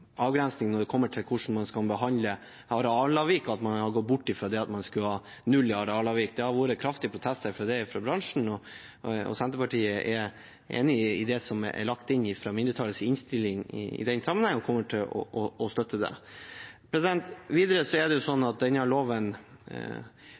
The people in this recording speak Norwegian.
avgrensning når det gjelder hvordan en skal behandle arealavvik, at man har gått bort fra at man skulle ha nulltoleranse for arealavvik. Det har vært kraftige protester mot det fra bransjen, og Senterpartiet er enig i det som er lagt inn i mindretallets forslag i den sammenheng og kommer til å støtte det. Videre er det sånn